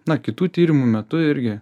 na kitų tyrimų metu irgi